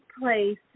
place